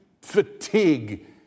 Fatigue